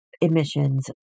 emissions